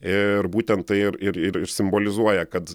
ir būtent tai ir ir ir simbolizuoja kad